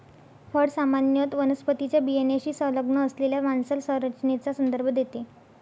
फळ सामान्यत वनस्पतीच्या बियाण्याशी संलग्न असलेल्या मांसल संरचनेचा संदर्भ देते